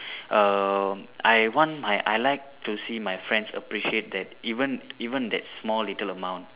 err I want my I like to see my friend appreciate that even even that small little amount